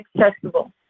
accessible